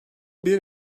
bir